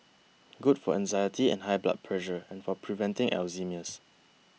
good for anxiety and high blood pressure and for preventing Alzheimer's